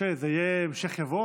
משה, זה היה "המשך יבוא"?